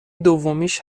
دومیش